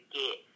get